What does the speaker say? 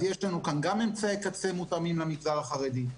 הרי שכאן יש לנו אמצעי קצה מותאמים למגזר החרדי,